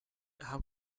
how